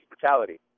brutality